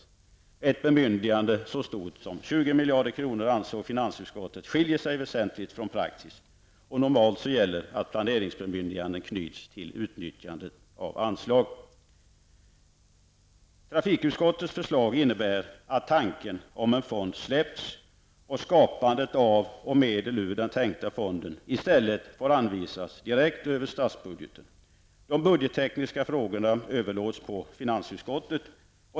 Finansutskottet ansåg att ett bemyndigande så stort som 20 miljarder kronor skiljer sig väsentligt från praxis. Normalt gäller att planeringsbemyndiganden knyts till utnyttjande av anslag. Trafikutskottets förslag innebär att tanken om en fond släppts, och medel motsvarande dem i den tänkta fonden får i stället anvisas direkt över statsbudgeten. De budgettekniska frågorna överlåts på finansutskottet.